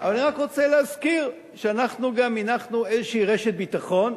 אבל אני רק רוצה להזכיר שאנחנו גם הנחנו איזו רשת ביטחון,